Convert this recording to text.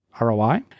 ROI